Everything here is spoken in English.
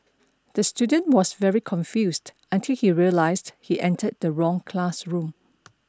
the student was very confused until he realised he entered the wrong classroom